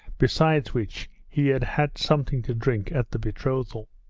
besides which he had had something to drink at the betrothal.